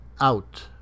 Out